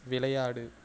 விளையாடு